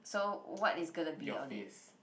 so what is gonna be on it